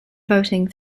voting